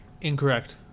Incorrect